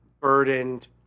burdened